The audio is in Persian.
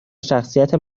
شخصیت